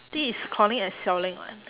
this is calling a selling [what]